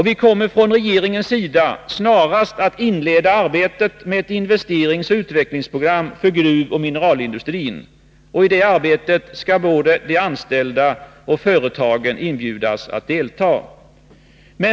Vi kommer från regeringens sida att snarast inleda arbetet med ett investeringsoch utvecklingsprogram för gruvoch mineralindustrin. I det arbetet skall både de anställda och företagen inbjudas att delta.